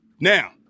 Now